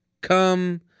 come